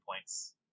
points